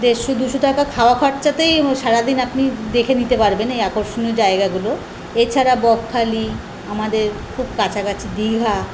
দেড়শো দুশো টাকা খাওয়া খরচাতেই সারা দিন আপনি দেখে নিতে পারবেন এই আকর্ষণীয় জায়গাগুলো এছাড়া বকখালি আমাদের খুব কাছাকাছি দিঘা